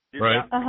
Right